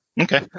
Okay